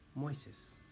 Moises